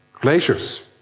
Glaciers